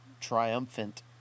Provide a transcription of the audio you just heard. triumphant